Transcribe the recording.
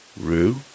rue